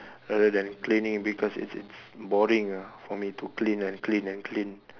rather than cleaning because it's it's boring lah for me to clean and clean and clean